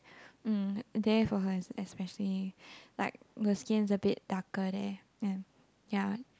mm there for her especially like her skin is a bit darker there and ya